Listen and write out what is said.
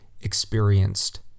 experienced